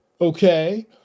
Okay